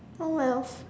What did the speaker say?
oh wells